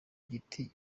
giti